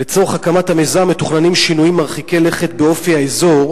לצורך הקמת המיזם מתוכננים שינויים מרחיקי לכת באופי האזור,